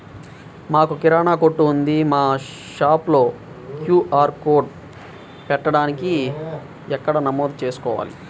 మాకు కిరాణా కొట్టు ఉంది మా షాప్లో క్యూ.ఆర్ కోడ్ పెట్టడానికి ఎక్కడ నమోదు చేసుకోవాలీ?